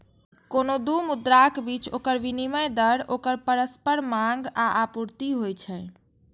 कोनो दू मुद्राक बीच ओकर विनिमय दर ओकर परस्पर मांग आ आपूर्ति होइ छै